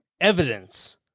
evidence